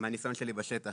מהניסיון שלי בשטח.